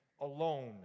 alone